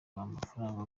amafaranga